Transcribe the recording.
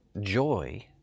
joy